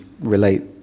relate